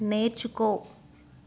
నేర్చుకో